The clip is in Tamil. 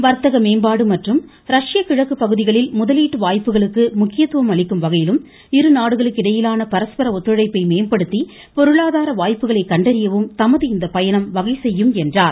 வர்த்தக மேம்பாடு மற்றும் ரஷ்ய கிழக்கு பகுதிகளில் முதலீட்டு வாய்ப்புகளுக்கு முக்கியத்துவம் அளிக்கும் வகையிலும் இருநாடுகளுக்கிடையிலான பரஸ்பர ஒத்துழைப்பை மேம்படுத்தி பொருளாதார வாய்ப்புகளை கண்டறியவும் தமது இந்த பயணம் வகை செய்யும் என்றார்